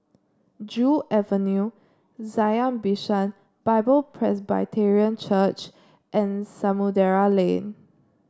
Joo Avenue Zion Bishan Bible Presbyterian Church and Samudera Lane